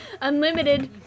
Unlimited